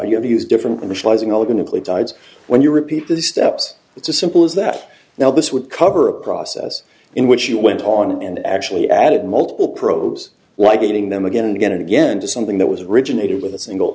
you have used different initializing all going to play died when you repeat the steps it's a simple as that now this would cover a process in which you went on and actually added multiple probs like getting them again and again and again to something that was originated with a single